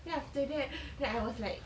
then after that then I was like